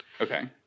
Okay